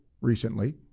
recently